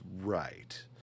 right